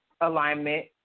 alignment